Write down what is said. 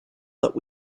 that